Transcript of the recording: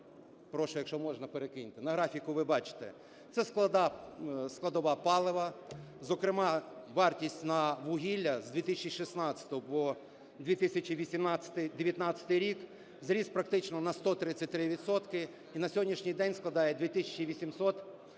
(прошу, якщо можна, перекиньте), на графіку ви бачите. Це складова палива, зокрема вартість на вугілля з 2016-го по 2018… 19-й рік зросла практично на 133 відсотки і на сьогоднішній день складає 2